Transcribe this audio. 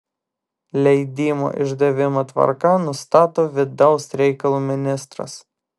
leidimų išdavimo tvarką nustato vidaus reikalų ministras